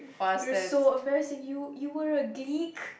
you are so embarassing you you were a gleek